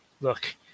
look